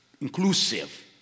inclusive